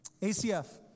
ACF